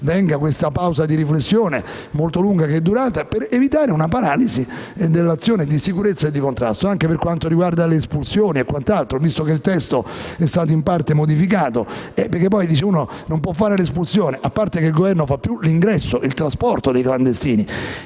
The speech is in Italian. venga la pausa di riflessione che è durata molto a lungo, per evitare una paralisi dell'azione di sicurezza e di contrasto anche per quanto riguarda le espulsioni e quant'altro, visto che il testo è stato in parte modificato. Qualcuno dice che non si può fare l'espulsione, a parte che il Governo si occupa più dell'ingresso e del trasporto dei clandestini.